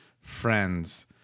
friends